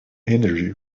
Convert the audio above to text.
energy